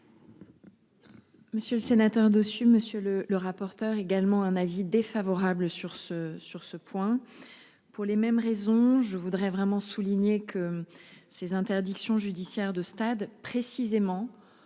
Monsieur le sénateur dessus. Monsieur le rapporteur. Également un avis défavorable sur ce sur ce point. Pour les mêmes raisons. Je voudrais vraiment souligner que ces interdictions judiciaires de stade précisément